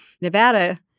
Nevada